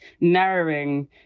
narrowing